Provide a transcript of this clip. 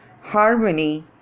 harmony